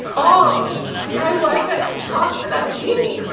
oh! i like-a that choc that weenie,